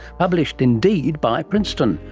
published indeed by princeton,